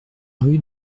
rue